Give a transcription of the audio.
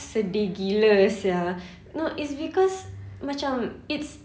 itu sedih gila sia no it's because macam it's